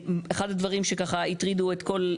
אחד הדברים שככה הטרידו את כל,